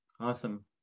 Awesome